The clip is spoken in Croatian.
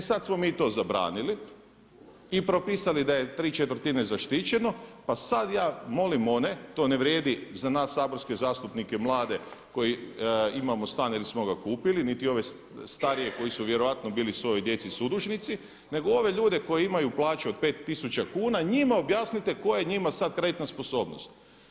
E sada smo mi to zabranili i propisali da je tri četvrtine zaštićeno, pa sad ja molim one, to ne vrijedi za nas saborske zastupnike mlade koji imamo stan ili smo ga kupili niti ove starije koji su vjerojatno bili svojoj djeci sudužnici, nego ove ove ljude koji imaju plaće od 5 tisuća kuna, njima objasnite koja je njima sada kreditna sposobnost.